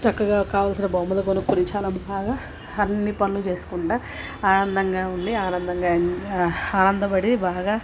చక్కగా కావలసిన బొమ్మలు కొనుక్కుని చాలా బాగా అన్ని పనులు చేసుకుంటూ ఆనందంగా ఉండి ఆనందంగా ఆనందపడి బాగా